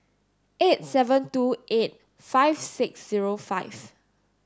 eight seven two eight five six zero five